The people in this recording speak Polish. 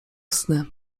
sny